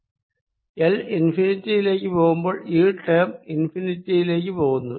L ഇൻഫിനിറ്റിയിലേക്ക് പോകുമ്പോൾ ഈ ടേം ഇൻഫിനിറ്റിയിലേക്ക് പോകുന്നു